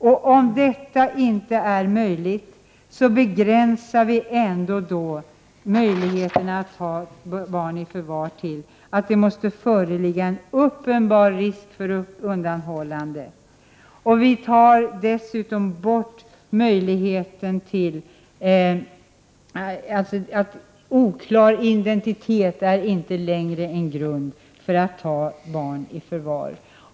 Och om detta inte är möjligt, begränsar vi ändå möjligheten att ta barn i förvar till att det måste föreligga en uppenbar risk för undanhållande. Dessutom är oklar identitet inte längre en grund för att ta barn i förvar.